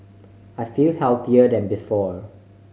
I feel healthier than before